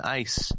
ice